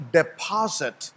deposit